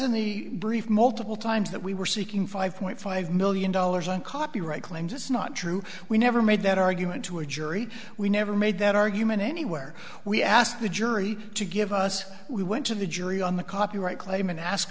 brief multiple times that we were seeking five point five million dollars and copyright claims it's not true we never made that argument to a jury we never made that argument anywhere we asked the jury to give us we went to the jury on the copyright claim and ask